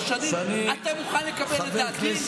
אני מצפה ממך להיות עקבי.